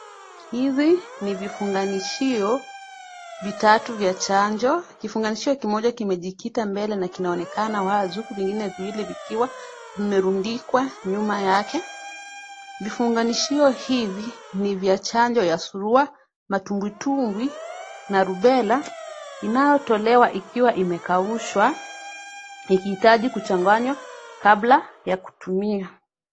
Hizi ni vifunganishio vitatu vya chanjo. Kifunganishio kimoja kimejikita mbele na kinaonekana wazi, huku vingine viwili vikiwa vimerundikwa nyuma yake. Vifunganishio hivi ni vya chanjo ya surua, matubwitubwi na rubela inayotolewa ikiwa imekaushwa, ikihitaji kuchanganywa kabla ya kutumia.